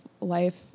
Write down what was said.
life